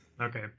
Okay